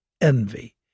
envy